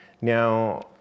Now